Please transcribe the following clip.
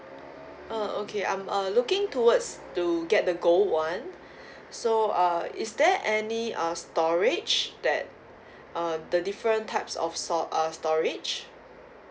uh okay I'm err looking towards to get the gold [one] so uh is there any uh storage that uh the different types of stor~ uh storage